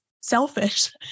selfish